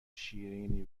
شیریننی